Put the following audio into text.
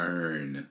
earn